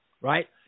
Right